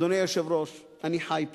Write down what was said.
אדוני היושב-ראש, אני חי פה,